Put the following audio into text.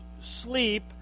sleep